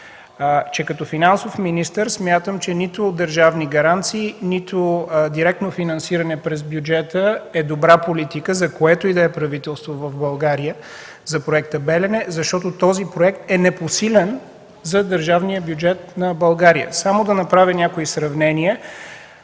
като финансов министър смятам, че нито държавни гаранции, нито директно финансиране през бюджета е добра политика за което и да е правителство в България за Проекта „Белене”, защото този проект е непосилен за държавния бюджет на България. Само да направя някои сравнения.